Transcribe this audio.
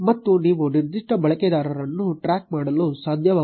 ಮತ್ತು ನೀವು ನಿರ್ದಿಷ್ಟ ಬಳಕೆದಾರರನ್ನು ಟ್ರ್ಯಾಕ್ ಮಾಡಲು ಸಾಧ್ಯವಾಗುತ್ತದೆ